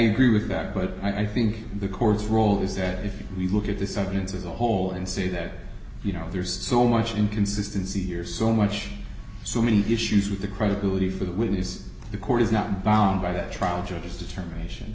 agree with that but i think the court's role is that if you look at this evidence of the whole and say that you know there's so much inconsistency here so much so many issues with the credibility for the witness the court is not bound by that trial judge's determination